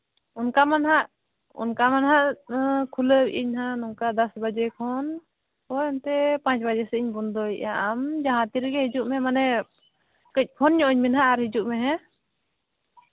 ᱚᱱᱠᱟ ᱢᱟ ᱱᱟᱦᱟᱜ ᱚᱱᱠᱟ ᱢᱟ ᱱᱟᱦᱟᱜ ᱠᱷᱩᱞᱟᱹᱣ ᱮᱫ ᱟᱹᱧ ᱱᱟᱦᱟᱸᱜ ᱱᱚᱝᱠᱟ ᱫᱚᱥ ᱵᱟᱡᱮ ᱠᱷᱚᱱ ᱳᱭ ᱮᱱᱠᱟᱹ ᱯᱟᱸᱪ ᱵᱟᱡᱮ ᱥᱮᱫ ᱤᱧ ᱵᱚᱱᱫᱚᱭᱮᱫᱼᱟ ᱟᱢ ᱡᱟᱦᱟᱸ ᱛᱤᱨᱮᱜᱮ ᱦᱤᱡᱩᱜ ᱢᱮ ᱢᱟᱱᱮ ᱠᱟᱹᱡ ᱯᱷᱳᱱ ᱧᱚᱜ ᱟᱹᱧ ᱢᱮ ᱦᱟᱸᱜ ᱟᱨ ᱦᱤᱡᱩᱜ ᱢᱮ